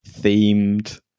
themed